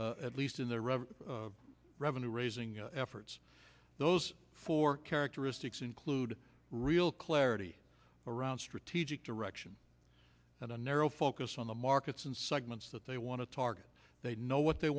those at least in their revenue raising efforts those four characteristics include real clarity around strategic direction and a narrow focus on the markets and segments that they want to target they know what they